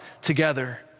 together